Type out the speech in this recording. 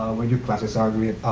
where your classes are,